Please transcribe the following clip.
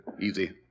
Easy